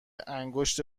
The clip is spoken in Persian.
انگشت